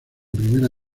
primera